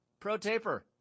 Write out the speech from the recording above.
ProTaper